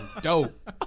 dope